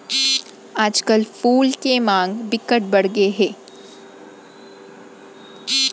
आजकल फूल के मांग बिकट बड़ गे हे